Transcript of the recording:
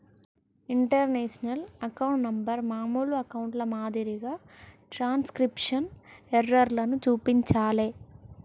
international account number మామూలు అకౌంట్ల మాదిరిగా ట్రాన్స్క్రిప్షన్ ఎర్రర్లను చూపించలే